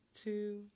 two